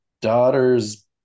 Daughters